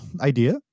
idea